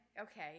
okay